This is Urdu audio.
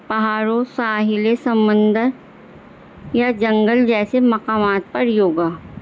پہاڑوں ساحل سمندر یا جنگل جیسے مقامات پر یوگا